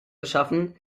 geschaffen